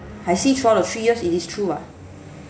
I see throughout the three years it is true [what]